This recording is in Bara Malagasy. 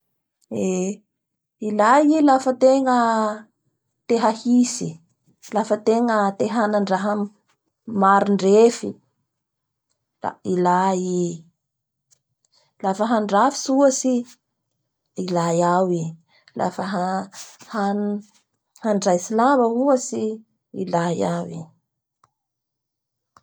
Eeee! Ilay i lafa ategna, te hahitsy, lafa ategna te hanandraha marindrefy da ilay i. fa handrafitsy ohatsy ilay ao i, lafa han-hanjaitsy lamba ohatsy ilay ao i!